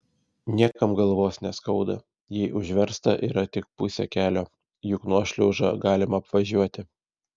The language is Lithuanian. niekam galvos neskauda jei užversta yra tik pusė kelio juk nuošliaužą galima apvažiuoti